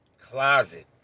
Closet